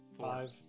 Five